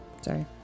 Sorry